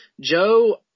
Joe